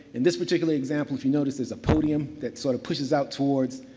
in this particular example, if you notice there's a podium that sort of pushes out towards